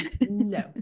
No